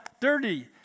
dirty